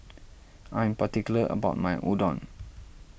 I'm particular about my Udon